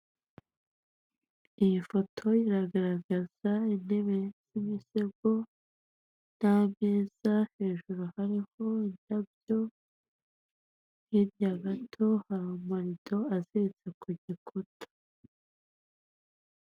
Iyi foto iragaragaza intebe z'imisego n'ameza hejuru hariho indabyo hirya gato hari amalido aziritse ku igikuta.